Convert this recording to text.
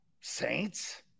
Saints